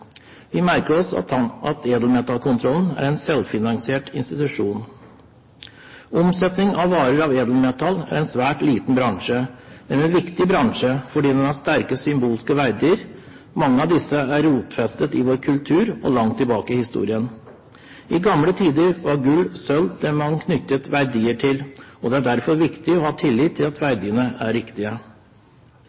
Vi merker oss at Edelmetallkontrollen er en selvfinansiert institusjon. Omsetning av varer av edelmetall er en svært liten bransje, men en viktig bransje, fordi den har sterke symbolske verdier. Mange av disse er rotfestet i vår kultur og langt tilbake i historien. I gamle tider var gull og sølv det man knyttet verdier til, og det er derfor viktig å ha tillit til at verdiene er riktige.